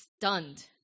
stunned